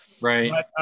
right